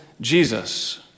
Jesus